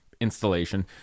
installation